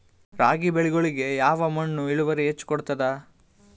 ರಾಗಿ ಬೆಳಿಗೊಳಿಗಿ ಯಾವ ಮಣ್ಣು ಇಳುವರಿ ಹೆಚ್ ಕೊಡ್ತದ?